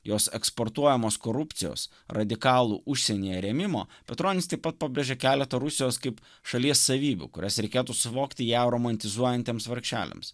jos eksportuojamos korupcijos radikalų užsienyje rėmimo petronis taip pat pabrėžė keletą rusijos kaip šalies savybių kurias reikėtų suvokti ją romantizuojantiems vargšeliams